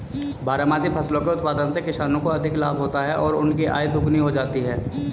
बारहमासी फसलों के उत्पादन से किसानों को अधिक लाभ होता है और उनकी आय दोगुनी हो जाती है